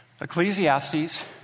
Ecclesiastes